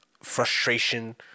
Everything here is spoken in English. frustration